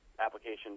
application